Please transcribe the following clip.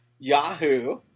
Yahoo